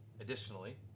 Additionally